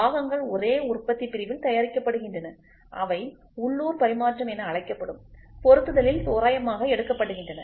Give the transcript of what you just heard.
பாகங்கள் ஒரே உற்பத்தி பிரிவில் தயாரிக்கப்படுகின்றன அவை உள்ளூர் பரிமாற்றம் என அழைக்கப்படும் பொருத்துதலில் தோராயமாக எடுக்கப்படுகின்றன